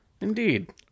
Indeed